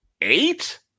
eight